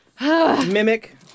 Mimic